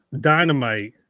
dynamite